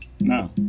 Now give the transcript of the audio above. No